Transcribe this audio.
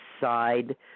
side